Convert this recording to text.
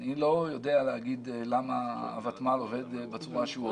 אני לא יודע לומר למה הוותמ"ל עובד בצורה שהוא עובד.